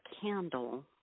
candle